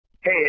Hey